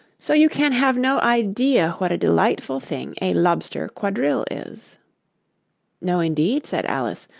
so you can have no idea what a delightful thing a lobster quadrille is no, indeed said alice.